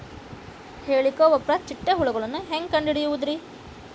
ಹೇಳಿಕೋವಪ್ರ ಚಿಟ್ಟೆ ಹುಳುಗಳನ್ನು ಹೆಂಗ್ ಕಂಡು ಹಿಡಿಯುದುರಿ?